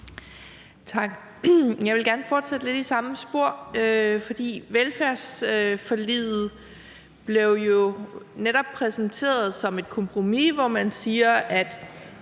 Tak. Jeg vil gerne fortsætte lidt i samme spor, for velfærdsforliget blev jo netop præsenteret som et kompromis, hvor man sagde, at